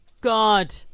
God